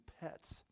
pets